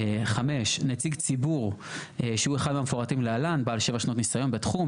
5. נציג ציבור שהוא אחד המפורטים להלן: בעל שבע שנות ניסיון בתחום,